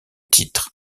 titre